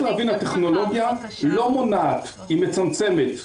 היא מצמצמת.